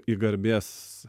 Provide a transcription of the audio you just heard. į garbės